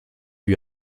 lui